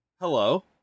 hello